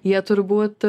jie turbūt